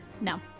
No